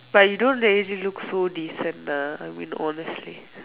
but you don't really look so decent lah I mean honestly